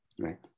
right